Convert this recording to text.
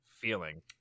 feeling